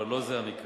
אבל לא זה המקרה.